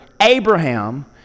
Abraham